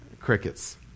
crickets